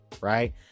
right